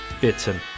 Bitten